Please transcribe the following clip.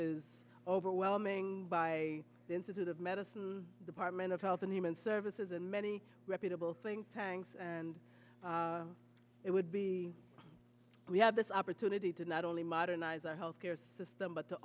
is overwhelming by the institute of medicine department of health and human services and many reputable think tanks and it would be we have this opportunity to not only modernize our health care system but to